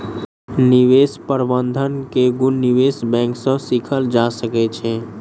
निवेश प्रबंधन के गुण निवेश बैंक सॅ सीखल जा सकै छै